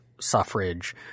suffrage